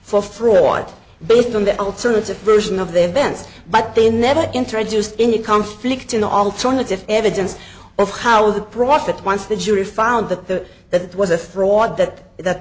for freud based on the alternative version of the events but they never introduced any conflict in the alternative evidence of how the profit once the jury found that the that was a fraud that that